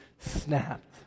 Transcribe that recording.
snapped